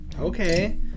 Okay